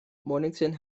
mornington